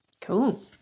Cool